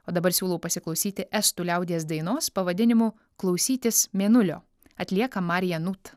o dabar siūlau pasiklausyti estų liaudies dainos pavadinimu klausytis mėnulio atlieka marija nut